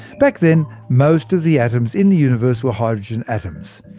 back then, most of the atoms in the universe were hydrogen atoms,